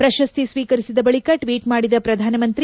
ಪ್ರಶಸ್ತಿ ಶ್ವೀಕರಿಸಿದ ಬಳಿಕ ಟ್ವೀಟ್ ಮಾಡಿದ ಪ್ರಧಾನಮಂತ್ರಿ